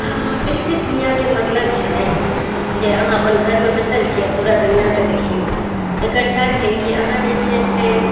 हँ विकसित दुनिआकेँ मतलब छै जे अहाँ अपन घरमे बैसल छी आ पुरा दूनिआकेँ देखियौ एकर साथे अहाँ जे छै से